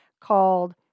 called